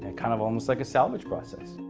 ah kind of almost like a salvage process.